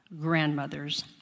grandmother's